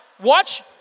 watch